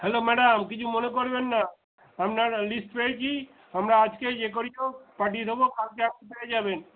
hello madam কিছু মনে করবেন না আপনার লিস্ট পেয়েছি আমরা আজকে যে করিও পাঠিয়ে দেবো কালকে আপনি পেয়ে যাবেন